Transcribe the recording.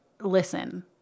listen